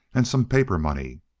and some paper money.